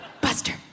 Buster